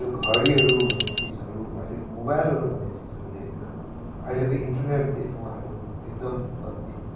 यो घडीहरू भन्ने चिजहरू अहिलेको मोबाइलहरू भन्ने चिजहरू देखेन अहिलेको इन्टरनेटदेखि उहाँहरू एकदम वञ्चित